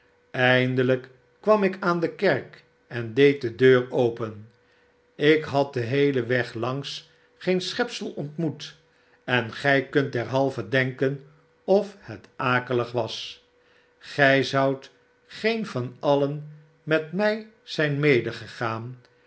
eindelijk kwam ik aan de kerk en deed de deur open ik had den geheelen weg langs geen schepsel ontmoet en gij kunt derhalve denken of het akelig was gij zoudt geen van alien met mij zijn